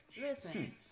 Listen